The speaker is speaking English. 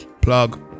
Plug